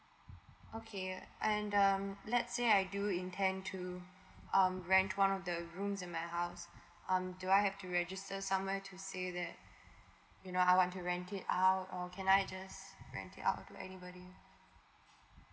okay and um let's say I do intend to um rent one of the rooms in my house um do I have to register somewhere to say that you know I want to rent it out or can I just rent it out to anybody